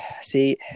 see